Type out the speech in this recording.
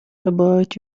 about